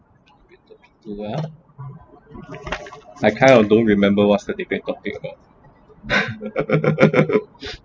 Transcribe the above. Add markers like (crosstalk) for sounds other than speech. you are I kind of don't remember what's the debate topic oh (laughs)